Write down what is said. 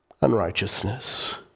unrighteousness